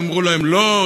ואמרו להם לא,